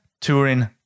touring